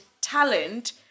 talent